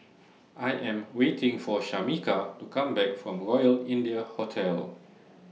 I Am waiting For Shameka to Come Back from Royal India Hotel